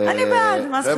אני בעד, מה זה חשוב?